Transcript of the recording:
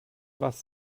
was